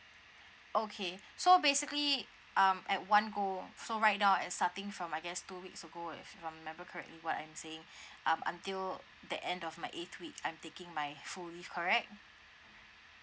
okay so basically um at one go so right now and starting from I guess two weeks ago if I remember correctly what I'm saying um until the end of my eighth week I'm taking my full leave correct